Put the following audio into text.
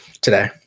today